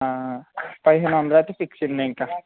పదిహేను వందలకి ఫిక్స్ అండి ఇంక